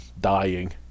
dying